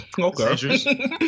Okay